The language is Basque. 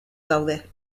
daude